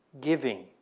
Giving